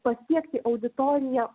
pasiekti auditoriją